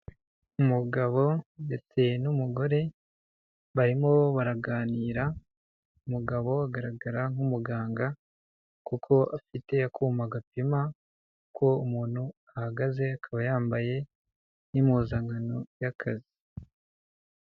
Umugabo ndetse n'umugore barimo baraganira, umugabo agaragara nk'umuganga kuko afite akuma gapima ko umuntu ahagaze akaba yambaye n'impuzankano y'akazi.